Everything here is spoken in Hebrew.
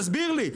תסביר לי?